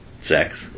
Sex